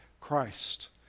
Christ